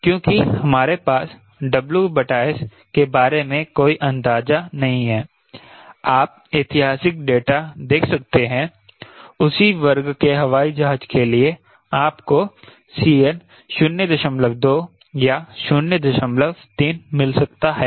क्योंकि हमारे पास WS के बारे में कोई अंदाजा नहीं है आप ऐतिहासिक डेटा देख सकते हैं उसी वर्ग के हवाई जहाज के लिए आपको CL 02 या 03 मिल सकता है